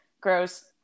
gross